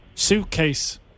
Suitcase